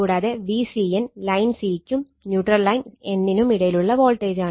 കൂടാതെ Vcn line c ക്കും neutral line n നും ഇടയിലുള്ള വോൾട്ടേജാണ്